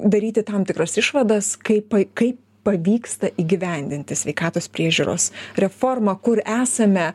daryti tam tikras išvadas kaip kaip pavyksta įgyvendinti sveikatos priežiūros reformą kur esame